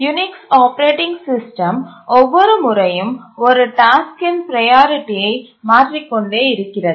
Unix operating system ஒவ்வொரு முறையும் ஒரு டாஸ்க்கின் ப்ரையாரிட்டியை மாற்றிக் கொண்டே இருக்கிறது